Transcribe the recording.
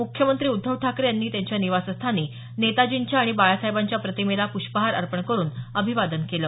मुख्यमंत्री उद्धव ठाकरे यांनी त्यांच्या निवासस्थानी नेताजींच्या आणि बाळासाहेबांच्या प्रतिमेला पुष्पहार अर्पण करुन अभिवादन केलं